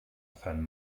phen